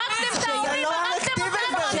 הרגתם את ההורים, הרגתם אותנו.